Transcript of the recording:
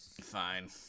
Fine